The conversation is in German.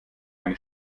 eine